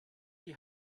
die